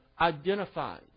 Identified